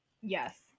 Yes